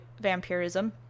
vampirism